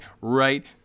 right